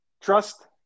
Trust